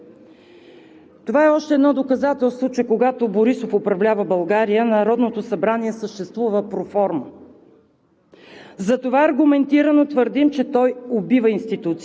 Какво означава това? Първо, това е още едно доказателство, че когато Борисов управлява България, Народното събрание съществува проформа.